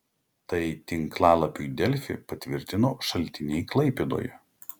tai tinklalapiui delfi patvirtino šaltiniai klaipėdoje